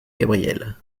gabrielle